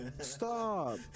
Stop